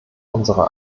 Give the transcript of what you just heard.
unserer